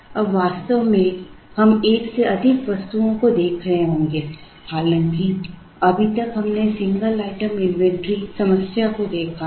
अब वास्तव में हम एक से अधिक वस्तुओं को देख रहे होंगे हालांकि अभी तक हमने सिंगल आइटम इन्वेंटरी समस्या को देखा है